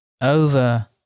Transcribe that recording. over